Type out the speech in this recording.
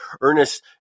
Ernest